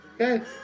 Okay